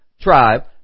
tribe